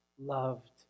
Loved